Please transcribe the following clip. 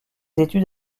études